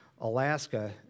Alaska